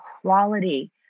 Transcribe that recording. quality